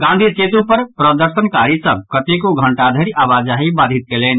गांधी सेतु पर प्रदर्शनकारी सभ कतेको घंटा धरि आवाजाही बाधित कयलनि